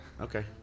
Okay